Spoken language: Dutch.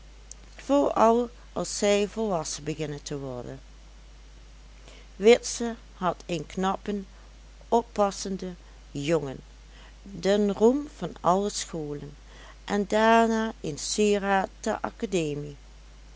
vooral als zij volwassen beginnen te worden witse had een knappen oppassenden jongen den roem van alle scholen en daarna een sieraad der academie